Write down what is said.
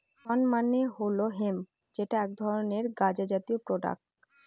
শণ মানে হল হেম্প যেটা এক ধরনের গাঁজা জাতীয় প্রোডাক্ট